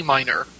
Minor